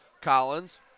Collins